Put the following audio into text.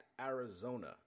Arizona